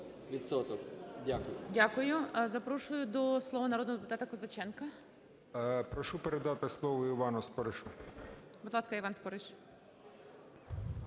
Дякую.